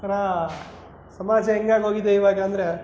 ಒಂಥರ ಸಮಾಜ ಹೇಗಾಗೋದಿದೆ ಇವಾಗ ಅಂದರೆ